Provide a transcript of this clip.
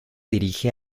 dirige